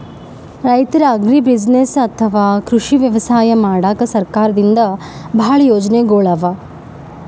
ರೈತರ್ ಅಗ್ರಿಬುಸಿನೆಸ್ಸ್ ಅಥವಾ ಕೃಷಿ ವ್ಯವಸಾಯ ಮಾಡಕ್ಕಾ ಸರ್ಕಾರದಿಂದಾ ಭಾಳ್ ಯೋಜನೆಗೊಳ್ ಅವಾ